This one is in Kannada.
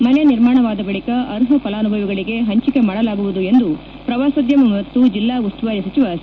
ಮನೆ ನಿರ್ಮಾಣವಾದ ಬಳಿಕ ಅರ್ಪ ಫಲಾನುಭವಿಗಳಿಗೆ ಪಂಚಕೆ ಮಾಡಲಾಗುವುದು ಎಂದು ಪ್ರವಾಸೋದ್ಯಮ ಮತ್ತು ಜಿಲ್ಲಾ ಉಸ್ತುವಾರಿ ಸಚಿವ ಸಿ